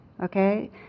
okay